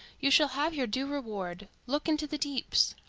you shall have your due reward. look into the deeps.